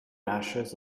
ashes